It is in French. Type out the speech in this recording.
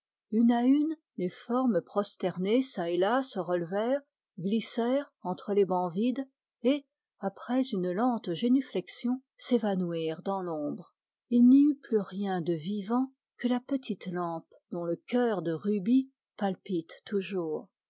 une à une les formes prosternées çà et là se relevèrent glissèrent entre les bancs vides et après une lente génuflexion s'évanouirent dans l'ombre il n'y eut plus rien de vivant que la petite lampe dont le cœur de rubis palpite toujours